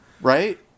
Right